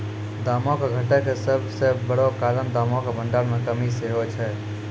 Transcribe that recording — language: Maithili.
दामो के घटै के सभ से बड़ो कारण दामो के भंडार मे कमी सेहे छै